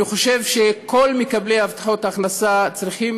אני חושב שכל מקבלי הבטחת הכנסה צריכים